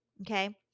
okay